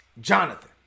Jonathan